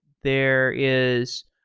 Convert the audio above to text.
there is,